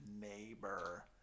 neighbor